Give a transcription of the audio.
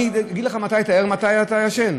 אני אגיד לך מתי אתה ער ומתי אתה ישן.